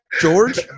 George